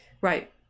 Right